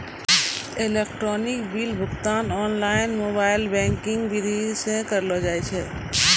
electronic bill भुगतान online mobile banking विधि से करलो जाय छै